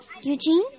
Eugene